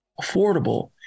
affordable